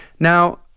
Now